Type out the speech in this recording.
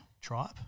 tribe